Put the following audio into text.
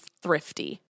thrifty